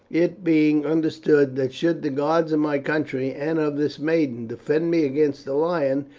it being understood that should the gods of my country, and of this maiden, defend me against the lion,